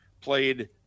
played